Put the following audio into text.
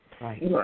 Right